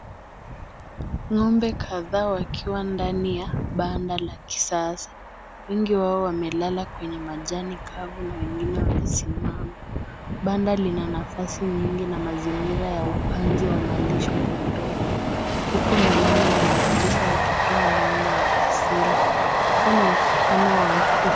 Ng'ombe kadhaa wakiwa ndani ya banda la kisasa. Wengi wao wamelala kwenye majani kavu na wengine wamesimama. Banda lina nafasi nyingi na mazingira ya upanzi wa malisho pembeni. Huku milango na madirisha yakitoa mwanga wa asili. Huu ni mfano wa.